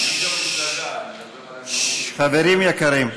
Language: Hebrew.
חברים יקרים.